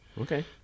okay